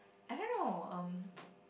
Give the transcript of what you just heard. I don't know um